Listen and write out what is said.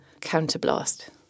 counterblast